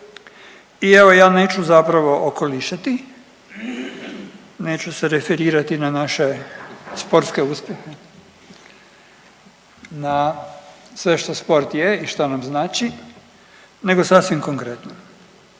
I evo ja neću zapravo okolišati, neću se referirati na naše sportske uspjehe, na sve što sport je i što nam znači, nego sasvim konkretno.